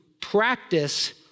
practice